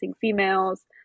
females